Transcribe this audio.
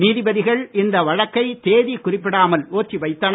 நீதிபதிகள் இந்த வழக்கை தேதி குறிப்பிடாமல் ஒத்தி வைத்தனர்